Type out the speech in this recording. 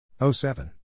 07